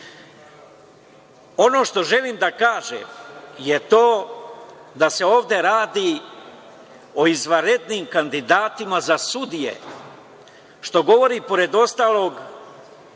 što želim da kažem je to da se ovde radi o izvanrednim kandidatima za sudije, što govori pored ostalog,